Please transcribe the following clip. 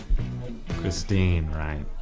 christine, right?